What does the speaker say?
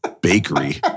bakery